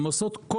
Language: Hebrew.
הן עושות כל